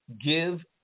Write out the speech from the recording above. give